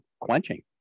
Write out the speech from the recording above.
quenching